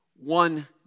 One